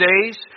days